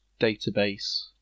database